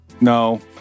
No